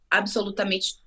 absolutamente